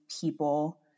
people